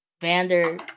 Vander